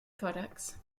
products